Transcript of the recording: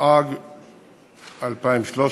התשע"ג 2013,